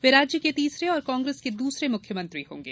वे राज्य के तीसरे और कांग्रेस के दूसर्रे मुख्यमंत्री होंगे